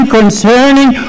concerning